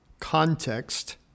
context